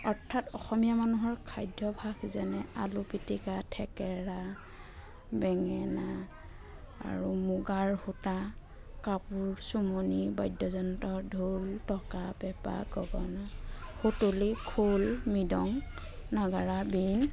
অৰ্থাৎ অসমীয়া মানুহৰ খাদ্য ভাগ যেনে আলু পিটিকা থেকেৰা বেঙেনা আৰু মুগাৰ সূতা কাপোৰ চোমনি বাদ্য যন্ত্ৰ ঢোল টকা পেঁপা গগণা সুতুলী খোল মৃদং নাগাৰা বীণ